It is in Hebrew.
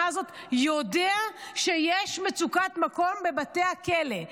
הזאת יודע שיש מצוקת מקום בבתי הכלא.